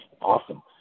awesome